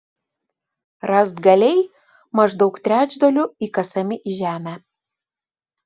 rąstgaliai maždaug trečdaliu įkasami į žemę